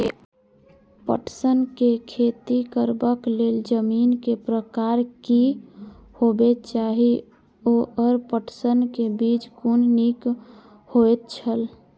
पटसन के खेती करबाक लेल जमीन के प्रकार की होबेय चाही आओर पटसन के बीज कुन निक होऐत छल?